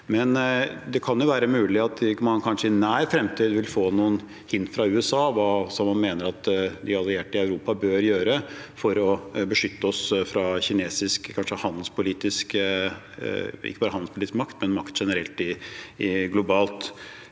men det kan være mulig at man kanskje i nær fremtid vil få noen hint fra USA om hva man mener at de allierte i Europa bør gjøre for å beskytte oss fra kinesisk makt, ikke bare handelspolitisk makt, men makt generelt, globalt.